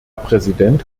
präsident